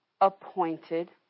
appointed